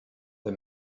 the